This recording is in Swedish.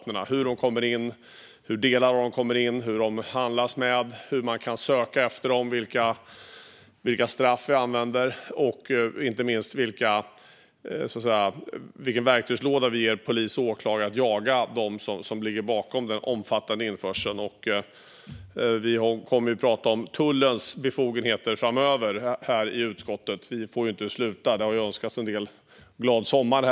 Det handlar om hur de kommer in, hur delar av dem kommer in, hur det handlas med dem, hur man kan söka efter dem, vilka straff vi använder och inte minst vilken verktygslåda vi ger polis och åklagare när de ska jaga dem som ligger bakom den omfattande införseln. Utskottet kommer i nästa vecka att tala om tullens befogenheter. Vi får inte sluta än. En del har redan önskat glad sommar.